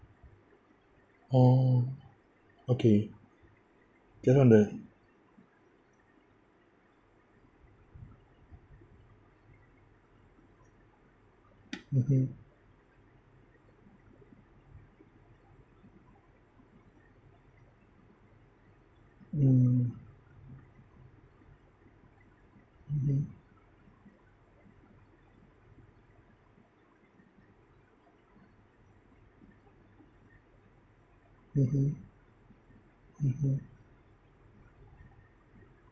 oh okay just on the mmhmm mm mmhmm mmhmm mmhmm